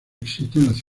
existentes